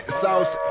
sauce